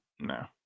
no